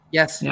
Yes